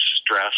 stress